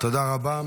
תודה רבה.